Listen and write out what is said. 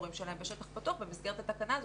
המורים שלהם בשטח פתוח במסגרת התקנה הזאת.